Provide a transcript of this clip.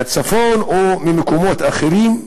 מהצפון או ממקומות אחרים,